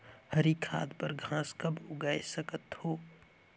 हरी खाद बर घास कब उगाय सकत हो?